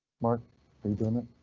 mark read on it.